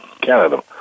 Canada